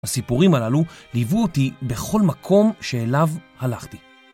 הסיפורים הללו ליוו אותי בכל מקום שאליו הלכתי.